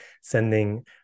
sending